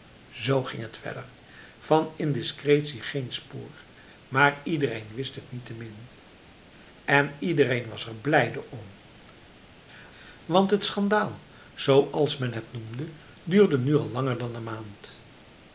zo ging het verder van indiscretie geen spoor maar iedereen wist het niettemin en iedereen was er blijde om want het schandaal zoals men het noemde duurde nu al langer dan een maand